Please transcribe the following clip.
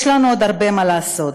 יש לנו עוד הרבה מה לעשות.